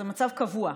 זה מצב קבוע.